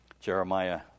Jeremiah